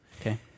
okay